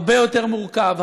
הרבה יותר מורכב,